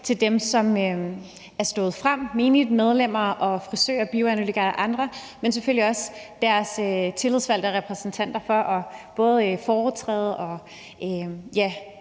til dem, som er stået frem, menige medlemmer, frisører, bioanalytikere og andre, men selvfølgelig også deres valgte tillidsrepræsentanter ved foretræde og